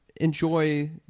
enjoy